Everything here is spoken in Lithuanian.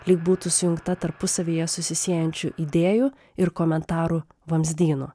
lyg būtų sujungta tarpusavyje susisiejančių idėjų ir komentarų vamzdyno